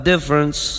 Difference